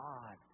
God